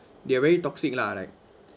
they are very toxic lah like